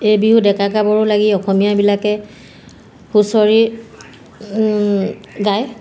এই বিহু ডেকা গাভৰু লাগি অসমীয়াবিলাকে হুঁচৰি গায়